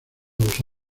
los